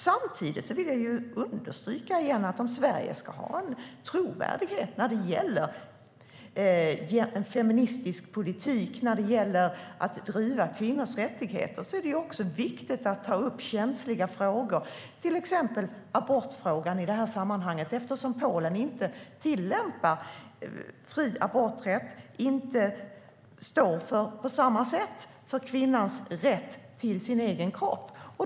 Samtidigt vill jag återigen understryka att om Sverige ska ha en trovärdighet när det gäller en feministisk politik och att driva kvinnors rättigheter är det viktigt att ta upp känsliga frågor, till exempel abortfrågan i det här sammanhanget. Polen tillämpar inte fri aborträtt och står inte på samma sätt för kvinnans rätt till sin egen kropp.